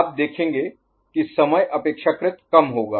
तो आप देखेंगे कि समय अपेक्षाकृत कम होगा